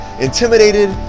intimidated